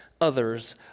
others